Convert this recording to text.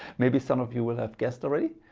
maybe some of you will have guessed already.